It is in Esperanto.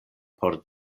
por